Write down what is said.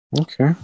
Okay